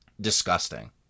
disgusting